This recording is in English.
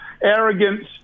arrogance